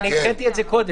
אני קראתי את זה קודם.